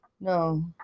No